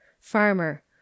farmer